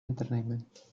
entertainment